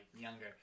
younger